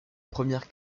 première